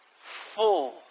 Full